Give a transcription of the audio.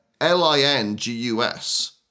L-I-N-G-U-S